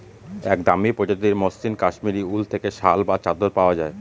এক দামি প্রজাতির মসৃন কাশ্মীরি উল থেকে শাল বা চাদর পাওয়া যায়